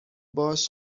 باش